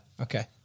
Okay